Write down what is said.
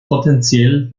potenziell